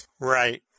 right